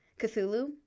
Cthulhu